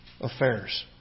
affairs